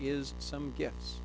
is some gifts